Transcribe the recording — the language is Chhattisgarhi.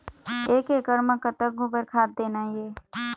एक एकड़ म कतक गोबर खाद देना ये?